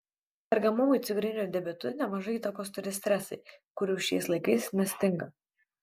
sergamumui cukriniu diabetu nemažai įtakos turi stresai kurių šiais laikais nestinga